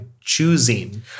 choosing